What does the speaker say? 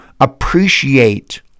appreciate